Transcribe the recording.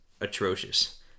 atrocious